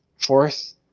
fourth